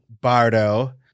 Bardo